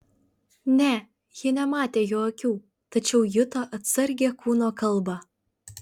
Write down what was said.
ne ji nematė jo akių tačiau juto atsargią kūno kalbą